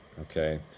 okay